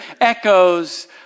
echoes